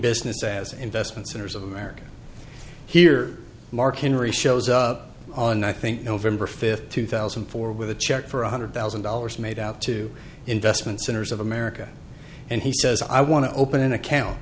business as investment centers of america here mark henry shows up on i think november fifth two thousand and four with a check for one hundred thousand dollars made out to investment centers of america and he says i want to open an account